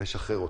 נשחרר אותם.